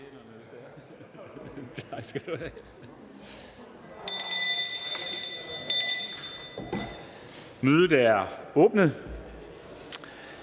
Mødet er udsat.